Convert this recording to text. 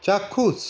চাক্ষুষ